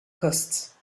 costs